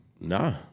Nah